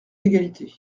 d’égalité